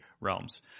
realms